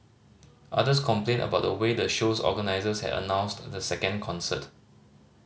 others complained about the way the show's organisers had announced the second concert